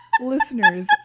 listeners